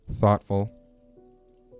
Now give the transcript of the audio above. Thoughtful